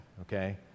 okay